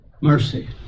Mercy